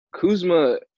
Kuzma